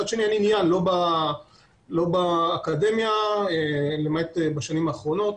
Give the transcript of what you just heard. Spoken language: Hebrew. מצד שני, אין עניין באקדמיה, למעט בשנים האחרונות,